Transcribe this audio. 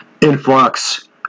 influx